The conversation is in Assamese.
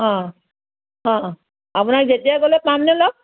অ অ আপোনাক যেতিয়া গ'লেও পামনে লগ